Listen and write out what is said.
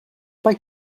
pas